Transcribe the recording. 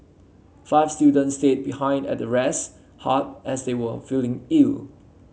five students stayed behind at the rest hut as they were feeling ill